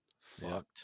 Fucked